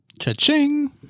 Cha-ching